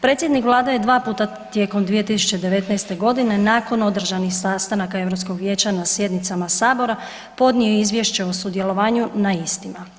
Predsjednik Vlade je 2 puta tijekom 2019. g. nakon održanih sastanaka Europskog vijeća na sjednicama Sabora, podnio izvješće o sudjelovanju na istima.